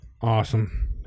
Awesome